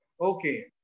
Okay